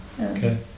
Okay